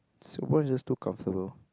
Singapore is just too comfortable